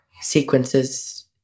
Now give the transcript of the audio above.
sequences